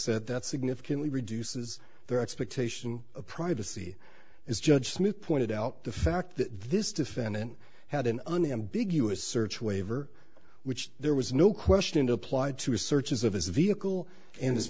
said that significantly reduces their expectation of privacy as judge smith pointed out the fact that this defendant had an unambiguous search waiver which there was no question applied to his searches of his vehicle and his